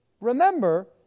remember